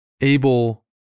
Abel